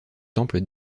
temple